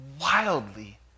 wildly